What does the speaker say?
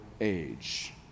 age